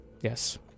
Yes